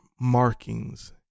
markings